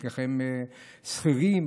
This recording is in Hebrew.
חלקכם שכירים,